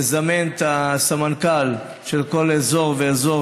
נזמן את הסמנכ"ל של כל אזור ואזור,